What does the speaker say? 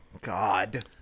God